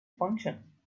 function